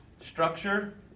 structure